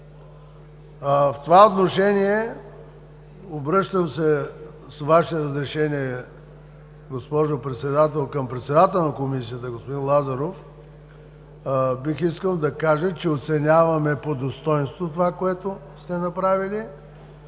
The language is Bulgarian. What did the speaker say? В това отношение обръщам се, с Ваше разрешение, госпожо Председател, към председателя на Комисията – господин Лазаров, бих искал да кажа, че оценяваме по достойнство това, което сте направили,